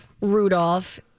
Rudolph